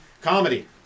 comedy